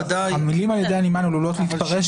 המילים 'על ידי הנמען' עלולות להתפרש